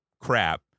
crap